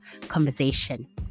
conversation